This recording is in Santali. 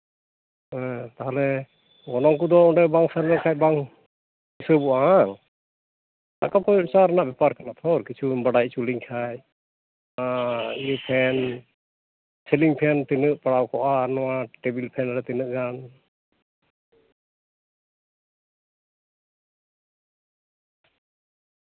ᱦᱮᱸ ᱛᱟᱦᱚᱞᱮ ᱚᱱᱟ ᱠᱚᱫᱚ ᱚᱸᱰᱮ ᱵᱟᱝ ᱥᱮᱱ ᱞᱮᱠᱷᱟᱱ ᱵᱟᱝ ᱦᱤᱥᱟᱹᱵᱚᱜᱼᱟ ᱵᱟᱝ ᱴᱟᱠᱟᱯᱚᱭᱥᱟ ᱨᱮᱱᱟᱜ ᱵᱮᱯᱟᱨ ᱠᱟᱱᱟ ᱛᱚ ᱠᱤᱪᱷᱩᱢ ᱵᱟᱰᱟᱭ ᱦᱚᱪᱚ ᱞᱤᱧ ᱠᱷᱟᱱ ᱤᱭᱟᱹ ᱯᱷᱮᱱ ᱥᱮᱞᱤᱝ ᱯᱷᱮᱱ ᱛᱤᱱᱟᱹᱜ ᱯᱟᱲᱟᱣ ᱠᱚᱜᱼᱟ ᱟᱨ ᱱᱚᱣᱟ ᱴᱮᱵᱤᱞ ᱯᱷᱮᱱ ᱨᱮ ᱛᱤᱱᱟᱹᱜ ᱜᱟᱱ